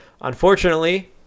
unfortunately